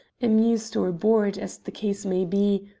amused or bored, as the case may be,